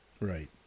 Right